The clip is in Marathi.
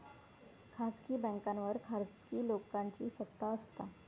खासगी बॅन्कांवर खासगी लोकांची सत्ता असता